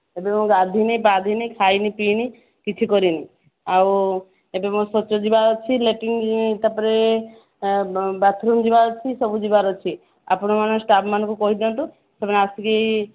ଏବେ ମୁଁ ଗାଧୋଇନି ପାଧୋଇନି ଖାଇନି ପିଇନି କିଛି କରିନି ଆଉ ଏବେ ମୋ ଶୌଚ ଯିବାର ଅଛି ଲେଟ୍ରିନ୍ ତା'ପରେ ବାଥ୍ରୁମ୍ ଯିବା ଅଛି ସବୁ ଯିବାର ଅଛି ଆପଣମାନେ ଷ୍ଟାଫ୍ମାନଙ୍କୁ କହିଦିଅନ୍ତୁ ସେମାନେ ଆସିକି